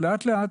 נמצא כאן